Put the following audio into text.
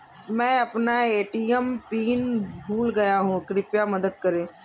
मैं अपना ATM PIN भूल गया हूँ, कृपया मदद करें